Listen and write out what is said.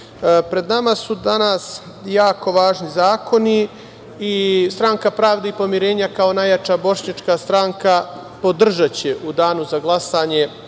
pred nama su danas jako važni zakoni i Stranka pravde i pomirenja kao najjača bošnjačka stranka podržaće u danu za glasanje